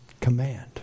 command